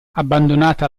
abbandonata